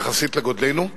יחסית לגודלנו,